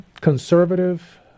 conservative